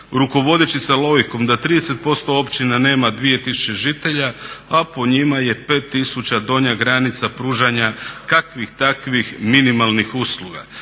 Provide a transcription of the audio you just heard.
Rukovodeći sa logikom da 30% općina nema 2000 žitelja a po njima je 5000 donja granica pružanja kakvih, takvih minimalnih usluga.